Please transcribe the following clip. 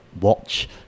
watch